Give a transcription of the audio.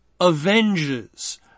avenges